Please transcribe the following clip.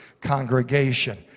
congregation